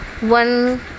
One